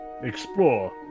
explore